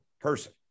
person